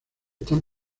están